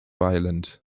ireland